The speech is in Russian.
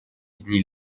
дни